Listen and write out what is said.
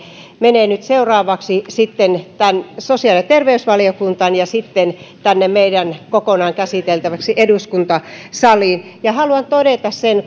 menee nyt seuraavaksi sitten sosiaali ja terveysvaliokuntaan ja sitten tänne meidän kokonaan käsiteltäväksi eduskuntasaliin ja haluan todeta sen